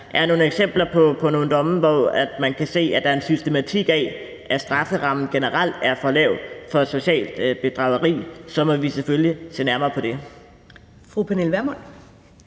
der er nogle eksempler på nogle domme, hvor man kan se, at der er en systematik i, at strafferammen generelt er for lav for socialt bedrageri, må vi selvfølgelig se nærmere på det.